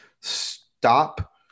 stop